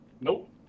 Nope